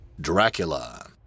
Dracula